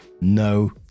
No